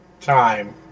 time